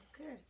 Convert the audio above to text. Okay